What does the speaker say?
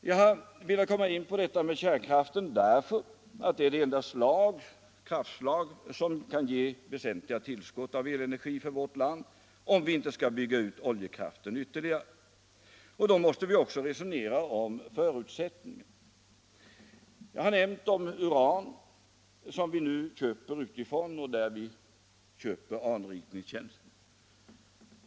Jag har velat ta upp detta med kärnkraften därför att det är det enda slags kraft som kan ge väsentliga tillskott av elenergi för vårt land om vi inte skall bygga ut oljekraften ytterligare, och då måste vi också resonera om förutsättningarna. Jag har nämnt uran, som vi nu köper utifrån och för vilket vi också köper anrikningstjänster.